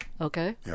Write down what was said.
Okay